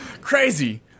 crazy